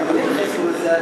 ארגונים כיסו את זה,